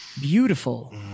beautiful